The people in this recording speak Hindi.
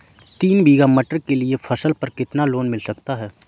तीन बीघा मटर के लिए फसल पर कितना लोन मिल सकता है?